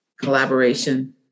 collaboration